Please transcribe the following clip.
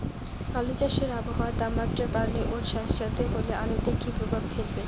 আলু চাষে আবহাওয়ার তাপমাত্রা বাড়লে ও সেতসেতে হলে আলুতে কী প্রভাব ফেলবে?